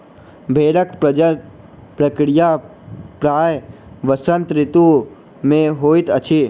भेड़क प्रजनन प्रक्रिया प्रायः वसंत ऋतू मे होइत अछि